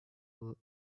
will